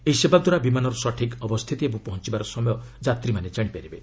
ଏହି ସେବାଦ୍ୱାରା ବିମାନର ସଠିକ୍ ଅବସ୍ଥିତି ଏବଂ ପହଞ୍ଚବାର ସମୟ ଯାତ୍ରୀ ମାନେ ଜାଣିପାରିବେ